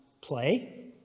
play